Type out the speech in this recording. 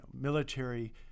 military